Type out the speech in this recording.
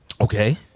okay